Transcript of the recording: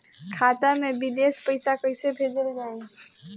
खाता से विदेश पैसा कैसे भेजल जाई?